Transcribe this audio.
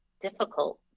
difficult